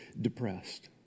depressed